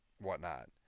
whatnot